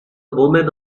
woman